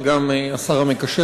וגם השר המקשר,